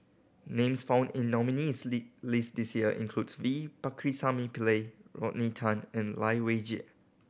names found in nominees' list this year includes V Pakirisamy Pillai Rodney Tan and Lai Weijie